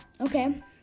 okay